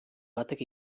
batek